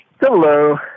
Hello